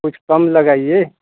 कुछ कम लगाइए